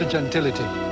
gentility